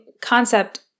concept